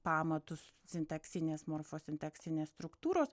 pamatus sintaksinės morfosintaksinės struktūros